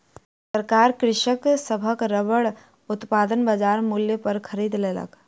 सरकार कृषक सभक रबड़ उत्पादन बजार मूल्य पर खरीद लेलक